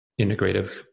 integrative